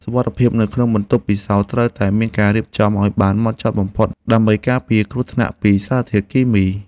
សុវត្ថិភាពនៅក្នុងបន្ទប់ពិសោធន៍ត្រូវតែមានការរៀបចំឱ្យបានហ្មត់ចត់បំផុត ដើម្បីការពារគ្រោះថ្នាក់ពីសារធាតុគីមី។